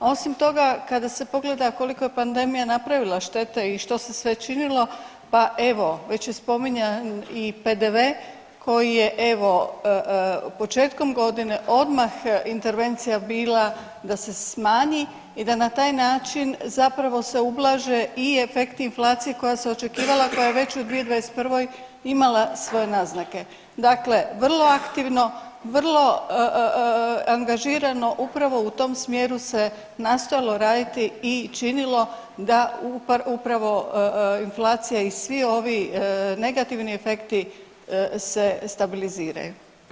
Osim toga kada se pogleda koliko je pandemija napravila štete i što se sve činilo, pa evo već je spominjan i PDV koji je evo početkom godine odmah intervencija bila da se smanji i da na taj način zapravo se ublaže i efekti inflacije koja se očekivala, koja je već u 2021. imala svoje naznake, dakle vrlo aktivno, vrlo angažirano upravo u tom smjeru se nastojalo raditi i činilo da upravo inflacija i svi ovi negativni efekti se stabiliziraju.